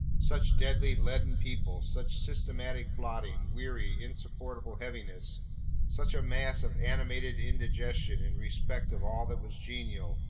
such deadly, leaden people such systematic plodding, weary, insupportable heaviness such a mass of animated indigestion in respect of all that was genial,